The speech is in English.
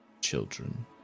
children